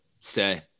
Stay